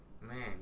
man